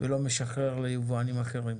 ולא משחרר ליבואנים אחרים,